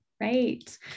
Right